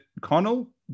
Connell